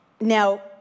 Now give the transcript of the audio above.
Now